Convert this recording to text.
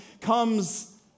comes